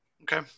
Okay